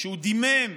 כשהוא דימם,